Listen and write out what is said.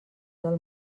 del